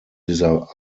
dieser